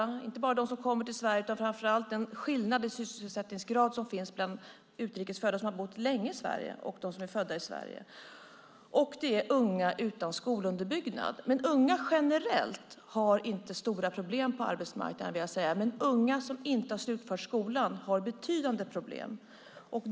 Jag tänker inte bara på dem som kommer till Sverige utan också och framför allt på skillnaden i sysselsättningsgrad bland utrikes födda som länge bott i Sverige och dem som är födda i Sverige. Det gäller också unga utan skolunderbyggnad. Men unga generellt har inte stora problem på arbetsmarknaden; det vill jag säga. Unga som inte slutfört skolan har dock betydande problem.